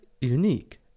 unique